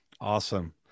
Awesome